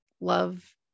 love